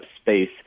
space